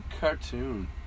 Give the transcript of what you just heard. cartoon